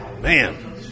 Man